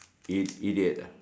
i~ idiot ah